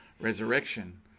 resurrection